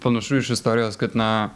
panašu iš istorijos kad na